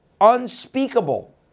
unspeakable